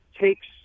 takes